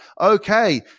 Okay